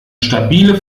stabile